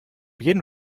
jeden